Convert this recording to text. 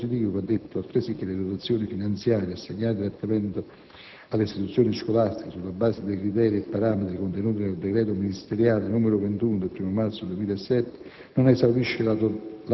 Per completezza di quadro espositivo, va detto altresì che la dotazione finanziaria assegnata direttamente alle istituzioni scolastiche, sulla base dei criteri e parametri contenuti nel decreto ministeriale n. 21 del 1° marzo 2007,